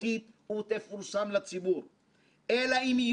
בכך יוּשב אמון הציבור במערכת הפיננסית,